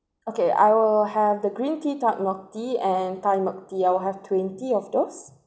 okay I will have the green tea thai milk tea and thai milk tea I will have twenty of those